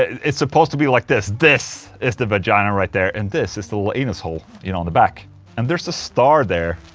it's supposed to be like this this is the vagina right there, and this is the little anus hole, you know, in the back and there's a star there,